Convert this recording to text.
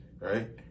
Right